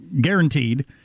Guaranteed